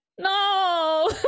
no